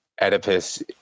Oedipus